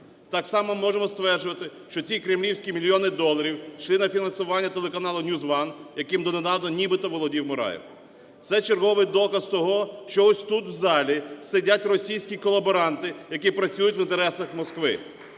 Так само можемо стверджувати, що ці кремлівські мільйони доларів йшли на фінансування телеканалу NewsOne, яким донедавна нібито володів Мураєв. Це черговий доказ того, що ось тут, в залі, сидять російські колаборанти, які працюють в інтересах Москви.